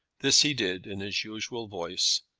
this he did in his usual voice,